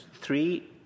three